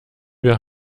wir